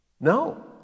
No